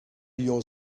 your